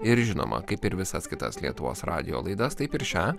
ir žinoma kaip ir visas kitas lietuvos radijo laidas taip ir šią